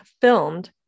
filmed